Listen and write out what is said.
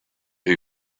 who